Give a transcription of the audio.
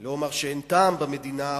לא אומר שאין טעם במדינה,